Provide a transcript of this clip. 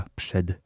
przed